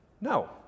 no